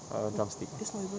a drumstick